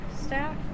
staff